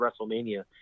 WrestleMania